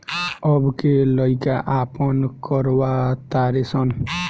अब के लइका आपन करवा तारे सन